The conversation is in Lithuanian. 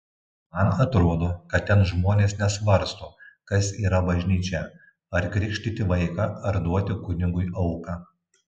man atrodo kad ten žmonės nesvarsto kas yra bažnyčia ar krikštyti vaiką ar duoti kunigui auką